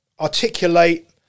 articulate